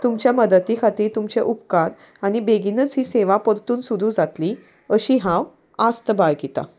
तुमच्या मदती खातीर तुमचे उपकार आनी बेगीनच ही सेवा परतून सुरू जातली अशी हांव आस्त बाळगितां